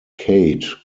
kate